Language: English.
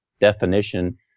definition